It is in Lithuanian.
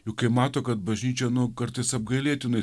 juk kai mato kad bažnyčia nuo kartais apgailėtinai